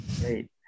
Great